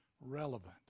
relevant